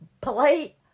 polite